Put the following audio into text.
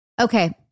Okay